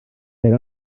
per